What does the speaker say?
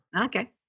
Okay